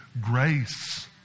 grace